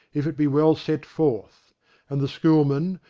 if it be well set forth and the schoolmen,